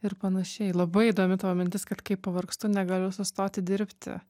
ir panašiai labai įdomi tavo mintis kad kai pavargstu negaliu sustoti dirbti